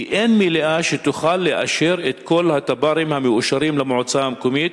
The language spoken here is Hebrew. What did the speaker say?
כי אין מליאה שתוכל לאשר את כל התב"רים המאושרים למועצה המקומית.